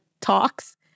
talks